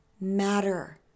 matter